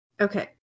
Okay